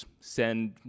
send